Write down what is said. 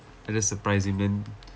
I just suprise him then